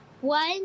one